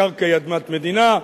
הקרקע היא אדמת מדינה,